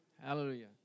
Hallelujah